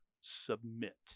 submit